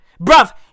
Bruv